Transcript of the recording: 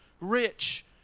rich